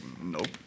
Nope